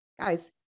guys